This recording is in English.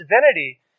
divinity